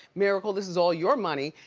miracle, this is all your money,